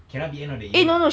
cannot be end of the year [what]